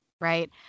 right